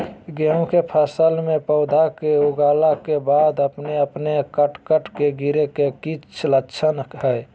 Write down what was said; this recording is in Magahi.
गेहूं के फसल में पौधा के उगला के बाद अपने अपने कट कट के गिरे के की लक्षण हय?